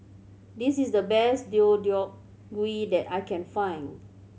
this is the best Deodeok Gui that I can find